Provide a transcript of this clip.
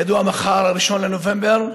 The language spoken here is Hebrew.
כידוע, מחר 1 בנובמבר,